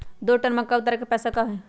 दो टन मक्का उतारे के पैसा का होई?